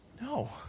No